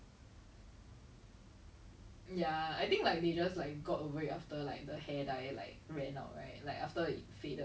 forever twenty one that one like the next milestone kind of thing but then like now that we're actually like past it is like !huh!